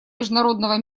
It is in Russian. международного